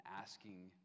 asking